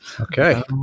Okay